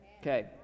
Okay